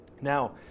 Now